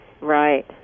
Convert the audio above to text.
Right